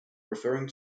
referring